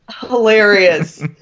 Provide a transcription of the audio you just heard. hilarious